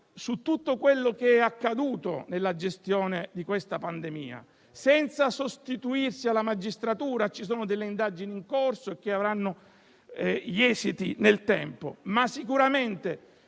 su tutto quello che è accaduto nella gestione della pandemia, senza sostituirsi alla magistratura (ci sono delle indagini in corso che avranno gli esiti nel tempo). Ma sicuramente